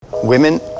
Women